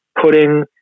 putting